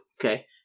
Okay